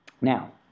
Now